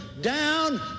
down